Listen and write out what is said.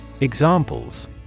Examples